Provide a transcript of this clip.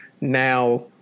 now